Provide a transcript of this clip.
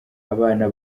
abana